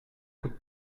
coûte